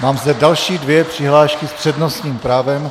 Mám zde další dvě přihlášky s přednostním právem.